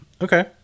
Okay